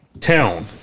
town